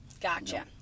Gotcha